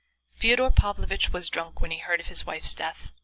fyodor pavlovitch was drunk when he heard of his wife's death,